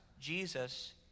Jesus